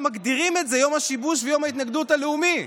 מגדירים את זה כיום השיבוש ויום ההתנגדות הלאומי.